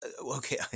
okay